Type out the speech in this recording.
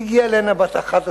היא הגיעה הנה בת 11,